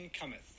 Cometh